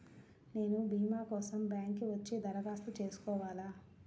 నేను భీమా కోసం బ్యాంక్కి వచ్చి దరఖాస్తు చేసుకోవాలా?